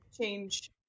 change